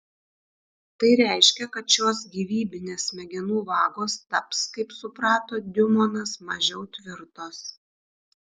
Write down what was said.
tai reiškia kad šios gyvybinės smegenų vagos taps kaip suprato diumonas mažiau tvirtos